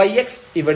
yx ഇവിടെയാണ്